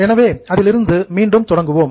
எனவே அதிலிருந்து மீண்டும் தொடங்குவோம்